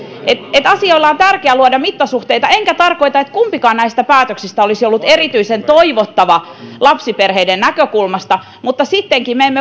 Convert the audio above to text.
että asioille on tärkeää luoda mittasuhteita enkä tarkoita että kumpikaan näistä päätöksistä olisi ollut erityisen toivottava lapsiperheiden näkökulmasta mutta sittenkin me emme